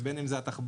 בין אם זה התחבורה,